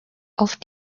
auf